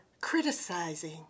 criticizing